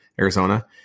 Arizona